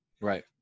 right